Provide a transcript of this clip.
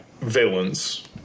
villains –